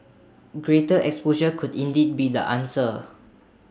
greater exposure could indeed be the answer